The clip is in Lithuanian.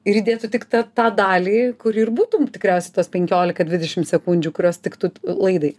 ir įdėtų tik ta tą dalį kuri ir būtų tikriausiai tos penkiolika dvidešim sekundžių kurios tiktų laidai